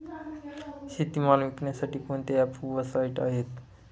शेतीमाल विकण्यासाठी कोणते ॲप व साईट आहेत?